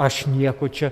aš nieko čia